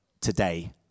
today